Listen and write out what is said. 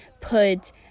put